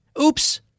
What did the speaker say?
Oops